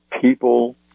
people